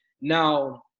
Now